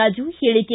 ರಾಜು ಹೇಳಕೆ